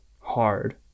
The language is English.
hard